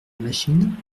machine